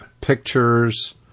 pictures